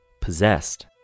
possessed